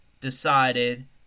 decided